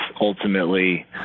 ultimately